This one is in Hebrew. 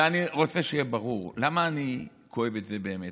ואני רוצה שיהיה ברור: למה אני כואב את זה, באמת?